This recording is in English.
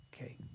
Okay